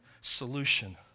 solution